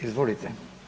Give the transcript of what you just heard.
Izvolite.